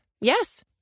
Yes